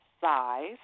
Size